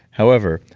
however,